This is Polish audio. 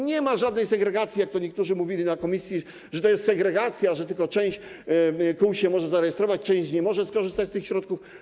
Nie ma żadnej segregacji, jak niektórzy mówili na posiedzeniu komisji: że to jest segregacja, że tylko część kół może się zarejestrować, a część nie może skorzystać z tych środków.